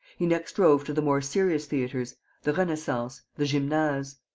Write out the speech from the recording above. he next drove to the more serious theatres the renaissance, the gymnase.